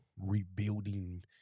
rebuilding